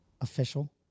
official